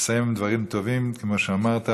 תסיים עם דברים טובים, כמו שאמרת,